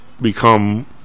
become